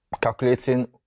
calculating